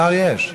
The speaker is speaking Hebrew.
שר יש.